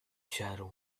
shadow